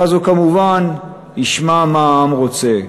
ואז הוא כמובן ישמע מה העם רוצה.